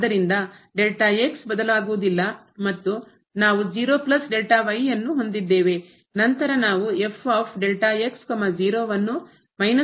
ಆದ್ದರಿಂದ ಬದಲಾಗುವುದಿಲ್ಲ ಮತ್ತು ನಾವು ನಂತರ ನಾವು ಮೈನಸ್ ಮಾಡುತ್ತೇವೆ ಮತ್ತು ನಿಂದ